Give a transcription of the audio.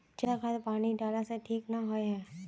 ज्यादा खाद पानी डाला से ठीक ना होए है?